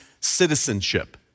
citizenship